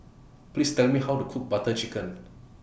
Please Tell Me How to Cook Butter Chicken